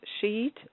sheet